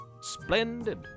splendid